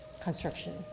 construction